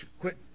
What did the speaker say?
Quit